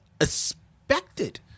expected